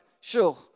sure